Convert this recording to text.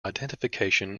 identification